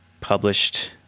published